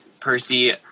Percy